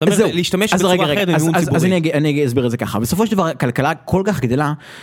אז זהו, להשתמש בזה בצורה אחרת, אז רגע רגע... אז אני אגיע אסביר את זה ככה, בסופו של דבר כלכלה כל כך גדולה